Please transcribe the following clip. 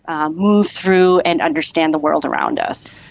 um move through and understand the world around us.